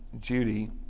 Judy